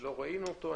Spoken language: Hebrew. לא ראינו אותו.